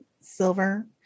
silver